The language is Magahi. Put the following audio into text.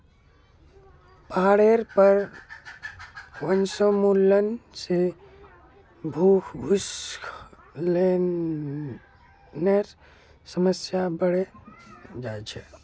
पहाडेर पर वनोन्मूलन से भूस्खलनेर समस्या बढ़े जा छे